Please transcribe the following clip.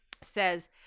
says